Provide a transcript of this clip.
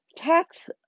Tax